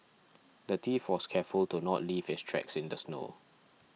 the thief was careful to not leave his tracks in the snow